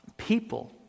People